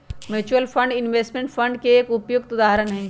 mutual fund investment fund के एक उपयुक्त उदाहरण हई